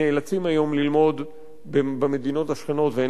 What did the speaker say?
ללמוד במדינות השכנות ואין להם מקום כאן.